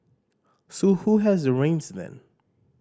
so who has the reins then